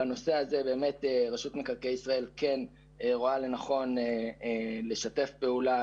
בנושא הזה רשות מקרקעי ישראל כן רואה לנכון לשתף פעולה